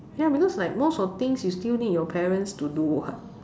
ya because like most of things you still need your parents to do [what]